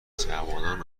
جوانان